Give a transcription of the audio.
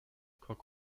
koch